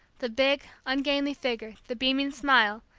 the big, ungainly figure, the beaming smile,